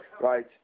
right